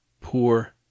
poor